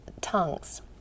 tongues